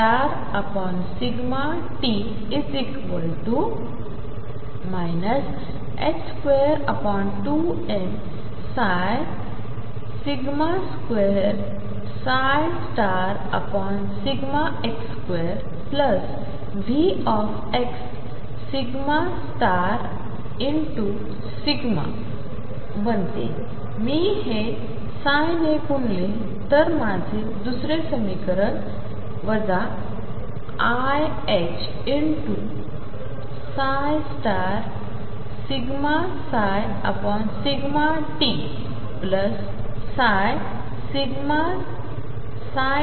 बनतेमीहे ψ नेगुणलेआणिमाझेदुसरेसमीकरणवजाiℏ∂ψ ∂tψ∂t22m2x2 2x2